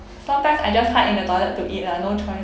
sometimes I just hide in the toilet to eat lah no choice